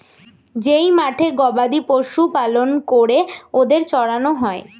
যেই মাঠে গবাদি পশু পালন করে ওদের চড়ানো হয়